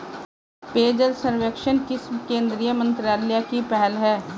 पेयजल सर्वेक्षण किस केंद्रीय मंत्रालय की पहल है?